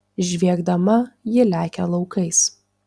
žviegdama ji lekia laukais